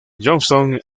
johnston